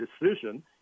decision